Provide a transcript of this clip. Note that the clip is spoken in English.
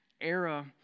era